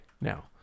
now